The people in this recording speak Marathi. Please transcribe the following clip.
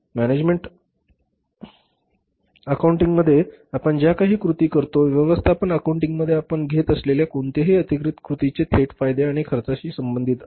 मॅनेजमेंट अकाउंटिंगमध्ये आपण ज्या काही कृती करतो व्यवस्थापन अकाउंटिंगमध्ये आपण घेत असलेल्या कोणत्याही अतिरिक्त कृती जे थेट फायदे आणि खर्चाशी संबंधित असतात